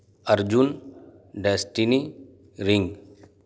Arjun destiny رنگ